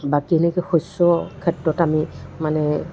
বাকী এনেকৈ শস্য ক্ষেত্ৰত আমি মানে